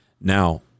now